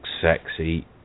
sexy